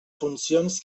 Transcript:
funcions